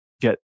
get